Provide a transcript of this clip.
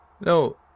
No